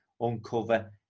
uncover